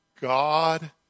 God